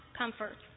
comfort